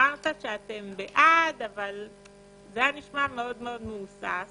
אמרת שאתם בעד אבל זה היה נשמע מאוד מהוסס.